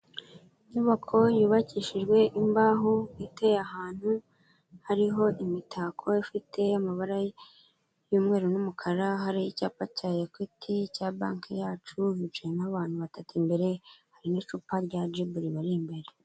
Inyubako yubakishijwe imbaho, iteye ahantu hariho imitako ifite amabara y'umweru n'umukara, hari icyapa cya ekwiti cya banki yacu, bicayemo abantu batatu imbere, hari n'icupa rya jibu ribari imbere.